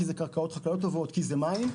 קרקעות חקלאיות טובות וזה מים,